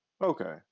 Okay